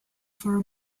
for